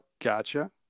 gotcha